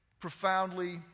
profoundly